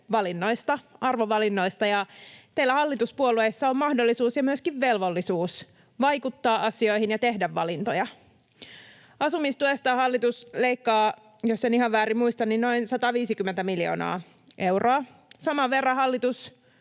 arvovalinnoista, ja teillä hallituspuolueissa on mahdollisuus ja myöskin velvollisuus vaikuttaa asioihin ja tehdä valintoja. Asumistuesta hallitus leikkaa, jos en ihan väärin muista, noin 150 miljoonaa euroa. Saman verran hallitus